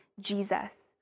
Jesus